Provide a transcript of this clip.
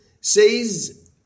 says